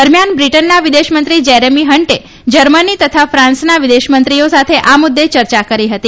દરમિયાન બ્રિટનના વિદેશમંત્રી જેરીમી હન્ટે જર્મની તથા ફાન્સના વિદેશમંત્રીઓ સાથે આ મુદ્દે ચર્યા કરી હતી